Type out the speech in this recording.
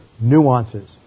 nuances